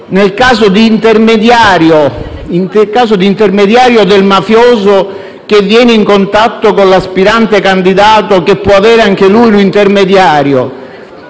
nel caso di intermediario del mafioso che viene in contatto con l'aspirante candidato - il quale può avere a sua volta un intermediario